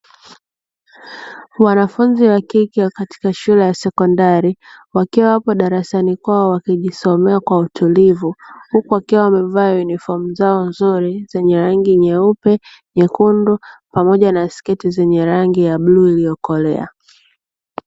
Wanafunzi wa kike katika shule ya sekondari, wakiwa wapo darasani kwao wakijisomea kwa utulivu, huku wakiwa wamevaa yunifomu zao nzuri zenye rangi nyeupe, nyekundu pamoja na sketi zenye rangi ya bluu iliyokolea.